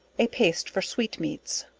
a paste for sweet meats.